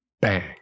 Bang